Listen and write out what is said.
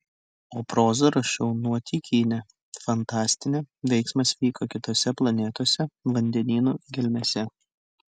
o prozą rašiau nuotykinę fantastinę veiksmas vyko kitose planetose vandenynų gelmėse